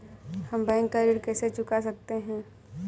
हम बैंक का ऋण कैसे चुका सकते हैं?